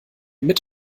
mit